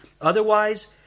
otherwise